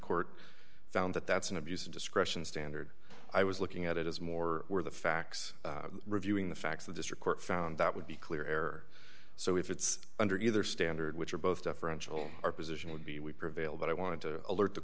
court found that that's an abuse of discretion standard i was looking at it as more where the facts reviewing the facts the district court found that would be clear error so if it's under either standard which or both deferential our position would be we prevail but i wanted to alert the